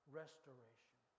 restoration